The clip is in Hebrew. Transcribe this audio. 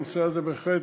הנושא הזה בהחלט